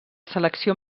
selecció